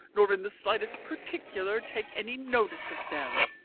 nor in the slightest particular take any notice of them.